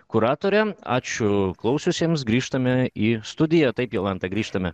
kuratorė ačiū klausiusiems grįžtame į studiją taip jolantą grįžtame